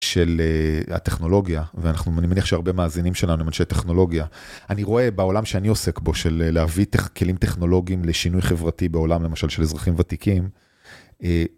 של הטכנולוגיה, ואנחנו, אני מניח שהרבה מאזינים שלנו הם אנשי טכנולוגיה. אני רואה בעולם שאני עוסק בו של להביא כלים טכנולוגיים לשינוי חברתי בעולם, למשל של אזרחים ותיקים.